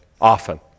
often